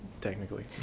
technically